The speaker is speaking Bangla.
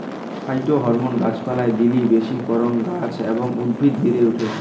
ফাইটোহরমোন গাছ পালায় দিলি বেশি করাং গাছ এবং উদ্ভিদ বেড়ে ওঠে